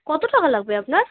কতো টাকা লাগবে আপনার